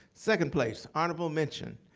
second place, honorable mention.